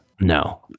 No